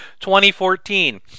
2014